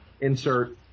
insert